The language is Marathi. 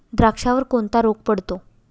द्राक्षावर कोणता रोग पडतो?